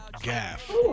Gaff